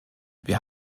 wir